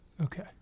Okay